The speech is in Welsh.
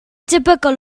debygol